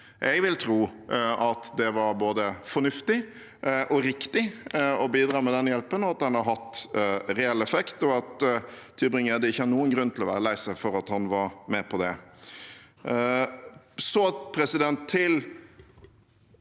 Jeg vil tro at det var både fornuftig og riktig å bidra med den hjelpen, at den har hatt reell effekt, og at Tybring-Gjedde ikke har noen grunn til å være lei seg for at han var med på det. Så til det vi